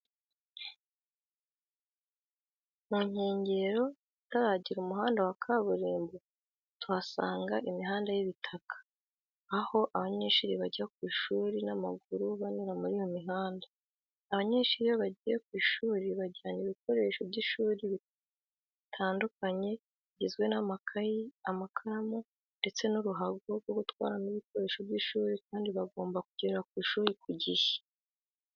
Mu nkenjyero ahatarajyera umuhanda wa kaburimbo tuhasanga imihanda y'ibitaka , aho abanyeshuri bajya ku ishuri n'amaguru banyura muri iyo mihanda..Abanyeshuri iyo bajyiye ku ishuri bajyana ibikoresho by'ishuri bitandukanye bijyizwe n'amakayi, amakaramu, ndetse n'uruhago rwo gutwaramo ibikoresho by'ishuri kandi bagomba kujyerere ku ishuri ku jyihe.